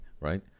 right